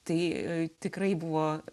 tai tikrai buvo